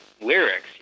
lyrics